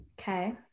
Okay